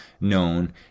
known